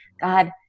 God